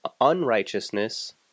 unrighteousness